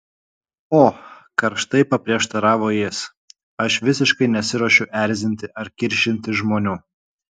o karštai paprieštaravo jis aš visiškai nesiruošiu erzinti ar kiršinti žmonių